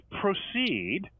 proceed